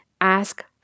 Ask